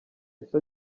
ese